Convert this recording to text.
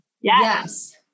Yes